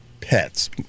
pets